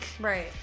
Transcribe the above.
Right